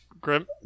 Grim